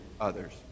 others